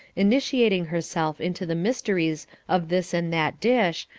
initiating herself into the mysteries of this and that dish,